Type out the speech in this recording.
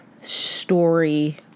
story